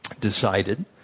decided